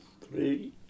Three